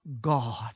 God